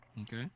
Okay